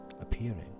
appearing